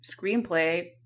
screenplay